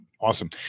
awesome